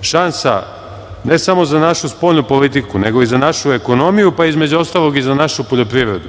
šansa ne samo za našu spoljnu politiku, nego i za našu ekonomiju, pa između ostalog i za našu poljoprivredu.